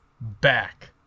back